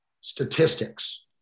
statistics